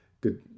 good